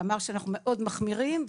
ואמר שאנחנו מאוד מחמירים.